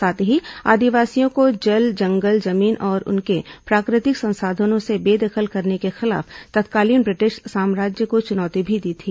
साथ ही आदिवासियों को जल जंगल जमीन और उनके प्राकृतिक संसाधनों से बेदखल करने के खिलाफ तत्कालीन ब्रिटिश साम्राज्य को चुनौती भी दी थी